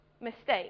mistake